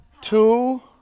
Two